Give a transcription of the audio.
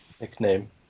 nickname